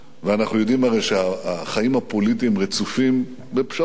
ואנחנו יודעים הרי שהחיים הפוליטיים רצופים בפשרות.